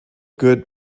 good